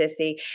Sissy